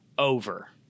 over